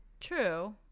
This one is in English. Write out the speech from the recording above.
true